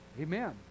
Amen